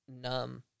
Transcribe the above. numb